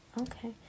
Okay